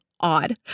odd